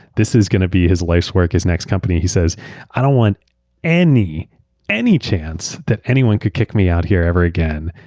this is going to be his life's work, his next company. he says i don't want any any chance that anyone can kick me out here ever again.